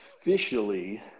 officially –